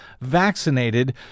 vaccinated